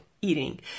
eating